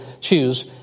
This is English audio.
choose